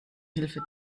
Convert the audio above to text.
hilfe